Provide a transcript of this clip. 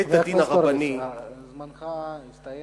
בית-הדין הרבני, חבר הכנסת הורוביץ, זמנך הסתיים.